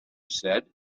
said